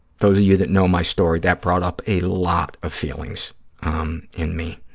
those of you that know my story, that brought up a lot of feelings um in me,